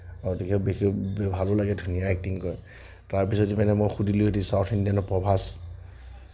গতিকে বিশেষ ভালো লাগে ধুনীয়া এক্টিঙ কৰে তাৰপিছত মানে মই সুধিলোঁহেতেন চাউথ ইণ্ডিয়ানৰ প্ৰভাস